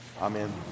Amen